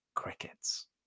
crickets